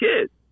kids